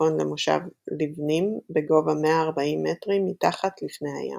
שמצפון למושב ליבנים בגובה 140 מטרים מתחת לפני הים.